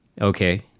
okay